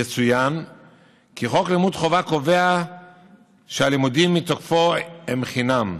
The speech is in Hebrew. יצוין כי חוק לימוד חובה קובע שהלימודים מתוקפו הם חינם.